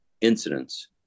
incidents